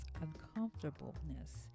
uncomfortableness